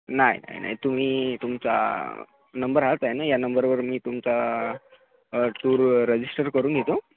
नाही नाही नाही तुम्ही तुमचा नंबर हाच आहे ना या नंबरवर मी तुमचा टूर रजिस्टर करून घेतो